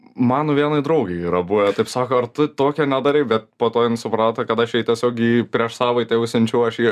man vienai draugei yra buvę taip sako ar tu tokio nedarei bet po to jin suprato kad aš jai tiesiogiai prieš savaitę išsiunčiau aš jį